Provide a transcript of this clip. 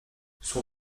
son